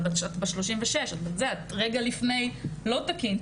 אבל את רגע לפני גיל שזה לא תקין.